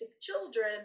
children